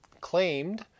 claimed